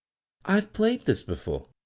i've played this before.